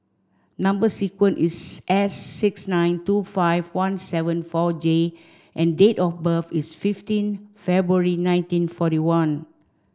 number sequence is S six nine two five one seven four J and date of birth is fifteen February nineteen forty one